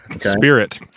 spirit